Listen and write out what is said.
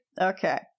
Okay